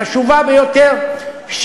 חשובה ביותר,